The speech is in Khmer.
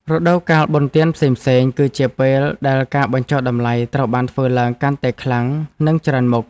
រដូវកាលបុណ្យទានផ្សេងៗ គឺជាពេលដែលការបញ្ចុះតម្លៃត្រូវបានធ្វើឡើងកាន់តែខ្លាំងនិងច្រើនមុខ។